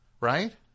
right